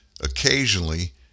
occasionally